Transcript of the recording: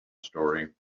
story